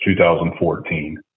2014